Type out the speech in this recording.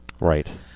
Right